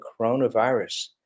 coronavirus